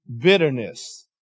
bitterness